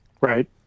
Right